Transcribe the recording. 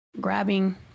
grabbing